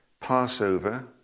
Passover